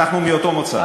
אנחנו מאותו מוצא.